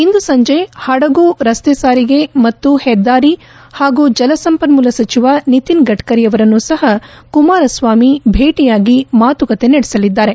ಇಂದು ಸಂಜೆ ಹಡಗು ರಸ್ತೆ ಸಾರಿಗೆ ಮತ್ತು ಹೆದ್ದಾರಿ ಹಾಗೂ ಜಲಸಂಪನ್ಮೂಲ ಸಚಿವ ನಿತಿನ್ ಗಡ್ಕರಿಯವರನ್ನು ಸಹ ಕುಮಾರಸ್ವಾಮಿ ಭೇಟಿಯಾಗಿ ಮಾತುಕತೆ ನಡೆಸಲಿದ್ದಾರೆ